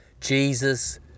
Jesus